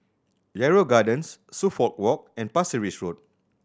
Yarrow Gardens Suffolk Walk and Pasir Ris Road